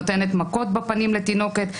נותנת מכות בפנים לתינוקת,